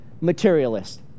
materialist